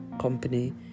company